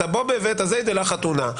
מזמינה את הבועבע ואת הזיידה לחתונה,